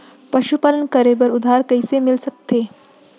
पशुपालन करे बर उधार कइसे मिलिस सकथे?